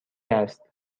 است